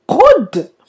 good